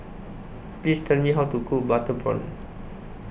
Please Tell Me How to Cook Butter Prawn